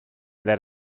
that